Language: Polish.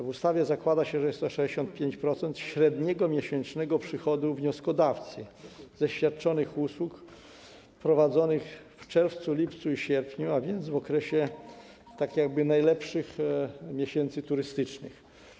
W ustawie zakłada się, że jest to 65% średniego miesięcznego przychodu wnioskodawcy ze świadczonych usług prowadzonych w czerwcu, lipcu i sierpniu, a więc w okresie najlepszych miesięcy turystycznych.